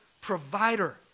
provider